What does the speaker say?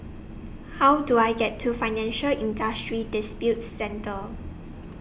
How Do I get to Financial Industry Disputes Center